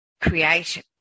create